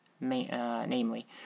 namely